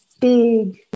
big